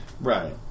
right